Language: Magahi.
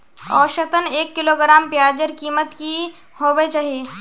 औसतन एक किलोग्राम प्याजेर कीमत की होबे चही?